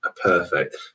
perfect